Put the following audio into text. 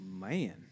man